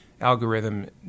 algorithm